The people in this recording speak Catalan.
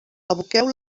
aboqueu